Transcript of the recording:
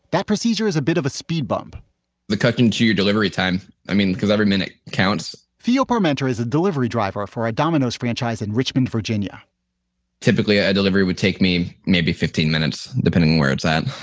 that procedure is a bit of a speed bump the cutting to delivery time. i mean, because every minute counts phil parmenter is a delivery driver for a domino's franchise in richmond, virginia typically, a a delivery would take me maybe fifteen minutes, depending on where it's at.